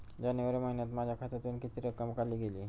जानेवारी महिन्यात माझ्या खात्यावरुन किती रक्कम काढली गेली?